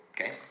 Okay